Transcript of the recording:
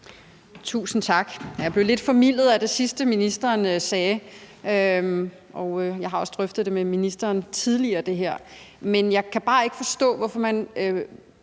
Tusind tak. Jeg blev lidt formildet af det sidste, ministeren sagde. Jeg har også drøftet det her med ministeren tidligere, men jeg kan bare ikke forstå, hvorfor man